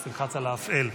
תודה.